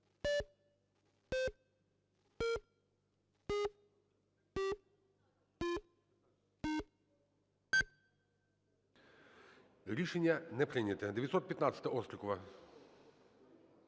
Рішення не прийнято. 915-а, Острікова.